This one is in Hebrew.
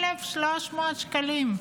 1,300 שקלים.